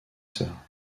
sœurs